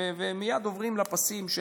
ומייד עוברים לפסים של,